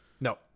No